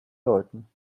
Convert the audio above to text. läuten